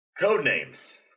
Codenames